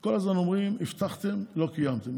כל הזמן אומרים: הבטחתם ולא קיימתם.